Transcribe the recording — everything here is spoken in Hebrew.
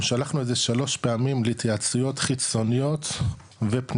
אנחנו שלחנו את זה שלוש פעמים להתייעצויות חיצוניות ופנימיות,